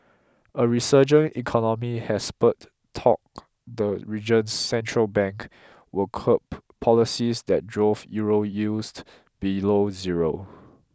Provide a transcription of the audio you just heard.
a resurgent economy has spurred talk the region's central bank will curb policies that drove Euro yields below zero